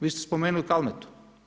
Vi ste spomenuli Kalmetu.